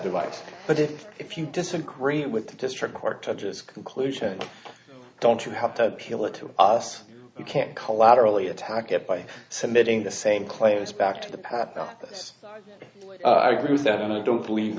device but if if you disagree with the district court judges conclusion don't you have to kill it to us you can't collaterally attack it by submitting the same claims back to the pap office i agree with that and i don't believe